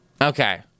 Okay